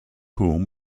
whom